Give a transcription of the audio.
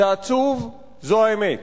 זה עצוב, זאת האמת.